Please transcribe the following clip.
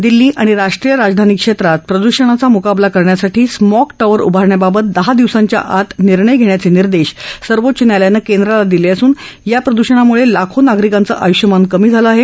दिल्ली आणि राष्ट्रीय राजधानी क्षेत्रात प्रद्षणाचा मुकाबला करण्यासाठी स्मॉग टॉवर उभारण्याबाबत दहा दिवसांच्या आत निर्णय घ्यायचे निर्देश सर्वोच्च न्यायालयानं केंद्राला दिले असून या प्रदूषणामुळे लाखो नागरिकांचं आयुष्यमान कमी झालं आहे